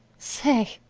say,